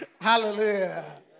Hallelujah